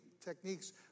techniques